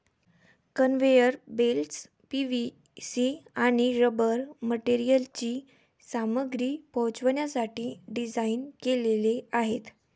conveyor belts PVC आणि rubber मटेरियलची सामग्री पोहोचवण्यासाठी डिझाइन केलेले आहेत